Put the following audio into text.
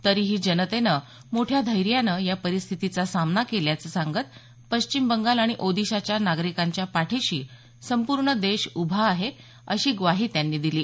तरीही जनतेनं मोठ्या धैर्यानं या परिस्थितीचा सामना केल्याचं सांगत पश्चिम बंगाल आणि ओदिशाच्या नागरिकांच्या पाठिशी संपूर्ण देश उभा आहे अशी ग्वाही त्यांनी दिली